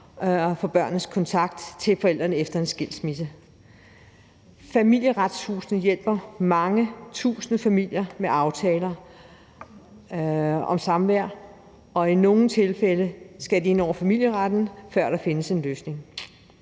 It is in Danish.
for børnenes kontakt til forældrene efter en skilsmisse. Familieretshusene hjælper mange tusinde familier med aftaler om samvær, og i nogle tilfælde skal de ind over familieretten, før der findes en løsning.